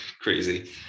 crazy